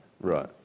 Right